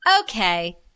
Okay